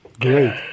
Great